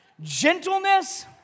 Gentleness